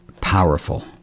powerful